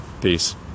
Peace